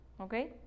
Okay